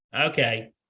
okay